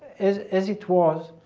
as as it was,